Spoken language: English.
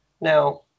now